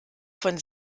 von